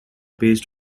based